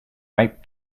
ripe